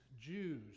Jews